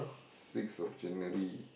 six of January